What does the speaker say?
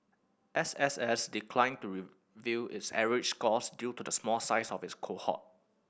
S S S declined to reveal its average scores due to the small size of its cohort